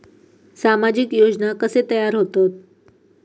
सामाजिक योजना कसे तयार होतत?